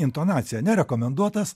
intonaciją ne rekomenduotas